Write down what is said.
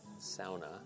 sauna